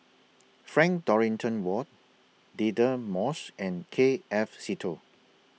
Frank Dorrington Ward Deirdre Moss and K F Seetoh